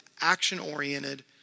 action-oriented